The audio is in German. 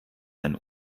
ein